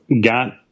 got